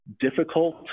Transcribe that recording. difficult